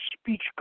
speech